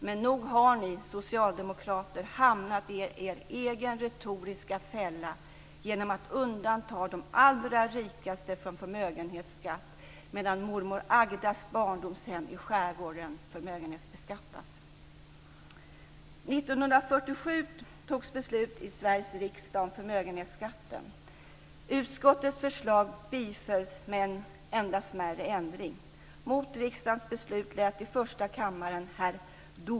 Men nog har ni socialdemokrater hamnat i er egen retoriska fälla genom att undanta de allra rikaste från förmögenhetsskatt, medan mormor Agdas barndomshem i skärgården förmögenhetsbeskattas.